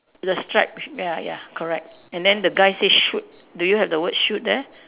the striped ya ya correct and then the guy say shoot do you have the word shoot there